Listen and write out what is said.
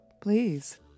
Please